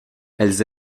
elles